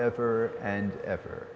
ever and ever